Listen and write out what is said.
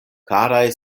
karaj